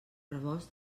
rebost